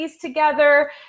together